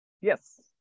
Yes